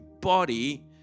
body